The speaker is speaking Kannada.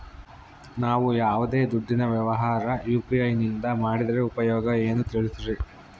ನಾವು ಯಾವ್ದೇ ದುಡ್ಡಿನ ವ್ಯವಹಾರ ಯು.ಪಿ.ಐ ನಿಂದ ಮಾಡಿದ್ರೆ ಉಪಯೋಗ ಏನು ತಿಳಿಸ್ರಿ?